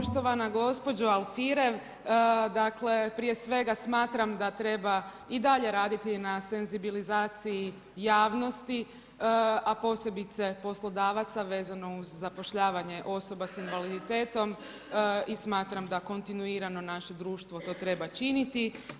Poštovana gospođo Alfirev, dakle, prije svega smatram da treba i dalje raditi na senzibilizaciji javnosti, a posebice poslodavaca vezano uz zapošljavanje osoba s invaliditetom i smatram da kontinuirano naše društvo to treba činiti.